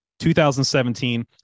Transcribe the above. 2017